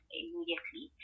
immediately